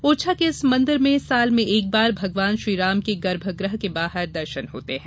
ओरछा के इस मंदिर में साल में एक बार भगवान श्री राम के गर्भगृह के बाहर दर्शन होते हैं